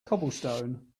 cobblestone